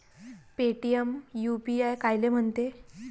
Paytm UPI कायले म्हनते?